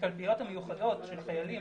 הקלפיות המיוחדות של החיילים,